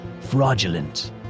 fraudulent